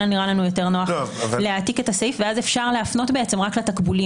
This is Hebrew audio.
היה נראה לנו יותר נוח להעתיק את הסעיף ואז אפשר להפנות רק לתקבולים.